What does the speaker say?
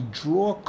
draw